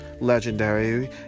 legendary